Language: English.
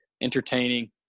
entertaining